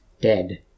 dead